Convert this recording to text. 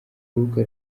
rubuga